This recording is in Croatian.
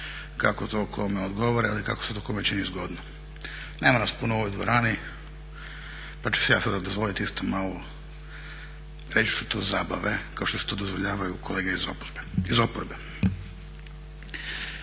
kako to kome odgovara ili kako se to kome čini zgodno. Nema nas puno u ovoj dvorani pa ću si ja sada dozvoliti isto malo, reći ću to zabave, kao što si to dozvoljavaju kolege iz oporbe.